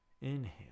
Inhale